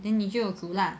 then 你就有煮 lah